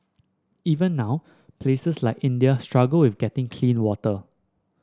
even now places like India struggle with getting clean water